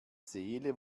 seele